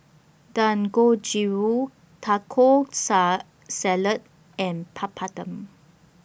Dangojiru Taco Sa Salad and Papadum